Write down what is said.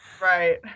Right